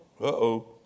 uh-oh